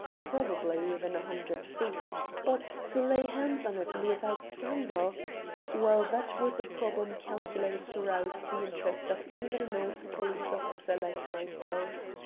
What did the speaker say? probably within a hundred feet but to lay hands on it and without scandal well, that was a problem calculated to rouse the interest of even an old police-officer like myself.